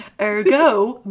Ergo